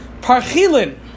Parchilin